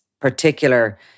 particular